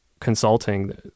consulting